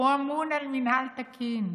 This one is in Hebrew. הוא אמון על מינהל תקין.